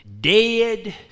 dead